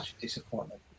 disappointment